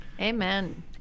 Amen